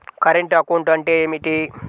Current account అంటే ఏమిటి?